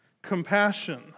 compassion